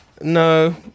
No